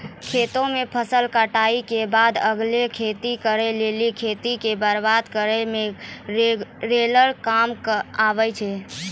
खेतो मे फसल काटला के बादे अगला खेती करे लेली खेतो के बराबर करै मे रोलर काम आबै छै